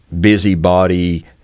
busybody